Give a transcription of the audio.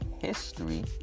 history